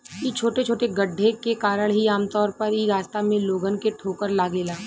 इ छोटे छोटे गड्ढे के कारण ही आमतौर पर इ रास्ता में लोगन के ठोकर लागेला